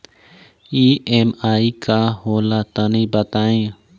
EMI का होला तनि बताई?